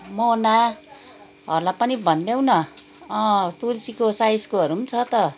मनाहरूलाई पनि भनिदेऊ न अँ तुलसीको साइजकोहरू पनि छ त